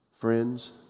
Friends